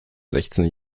sechzehn